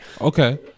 Okay